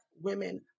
women